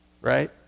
Right